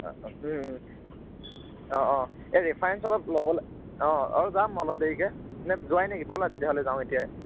অঁ অঁ ঐ ৰেফাৰেন্স অলপ ল'বলৈ অঁ যাম অলপ দেৰিকৈ নে যোৱাই নেকি ব'লা তেতিয়াহ'লে যাওঁ এতিয়াই